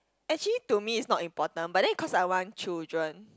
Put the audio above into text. actually to me is not important but then it cause I want children